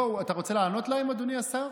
בואו, אתה רוצה לענות להם, אדוני השר?